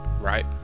right